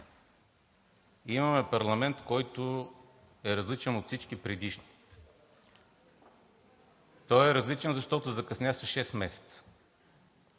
Имаме парламент, който е различен от всички предишни. Той е различен, защото закъсня с шест месеца.